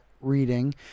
reading